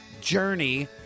journey